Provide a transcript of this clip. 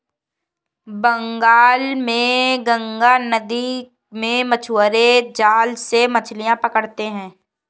बंगाल में गंगा नदी में मछुआरे जाल से मछलियां पकड़ते हैं